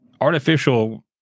artificial